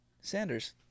Sanders